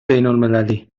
بینالمللی